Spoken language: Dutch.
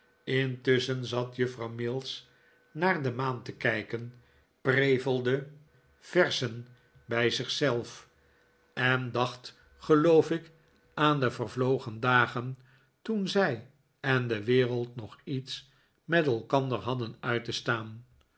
intusschen zat juffrouw mills naar de maan te kijken prevelde verzen bij zich zelf en dacht geloof ik aan de vervlogen dagen toen zij en de wereld nog iets met elkander hadden uit te staan